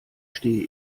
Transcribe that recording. stehe